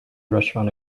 restaurant